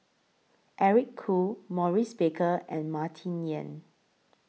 Eric Khoo Maurice Baker and Martin Yan